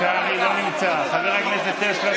חבר הכנסת קרעי, לא נמצא, חבר הכנסת טסלר,